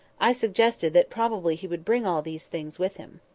i suggested that probably he would bring all these things with him.